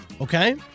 Okay